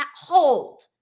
hold